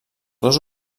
dos